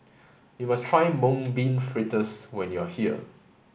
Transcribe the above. you must try mung bean fritters when you are here